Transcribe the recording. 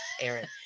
Aaron